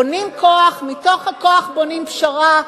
בונים כוח, מתוך הכוח בונים פשרה.